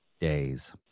days